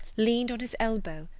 leaned on his elbow,